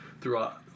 throughout